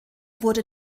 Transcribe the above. wurde